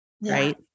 Right